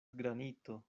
granito